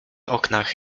oknach